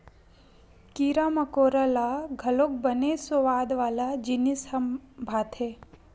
कीरा मकोरा ल घलोक बने सुवाद वाला जिनिस ह भाथे